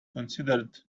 considered